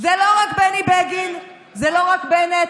זה לא רק בני בגין, זה לא רק בנט,